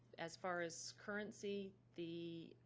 as far as currency, the